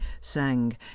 sang